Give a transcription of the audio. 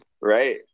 right